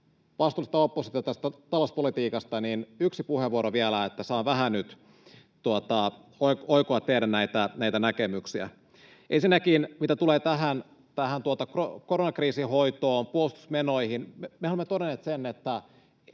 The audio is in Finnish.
vastuullista oppositiota tästä talouspolitiikasta, niin yksi puheenvuoro vielä, että saan vähän nyt oikoa näitä teidän näkemyksiänne. Ensinnäkin mitä tulee tähän koronakriisin hoitoon, puolustusmenoihin, mehän olemme todenneet sen, että